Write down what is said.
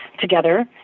together